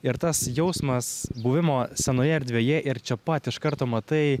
ir tas jausmas buvimo senoje erdvėje ir čia pat iš karto matai